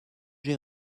j’ai